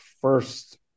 first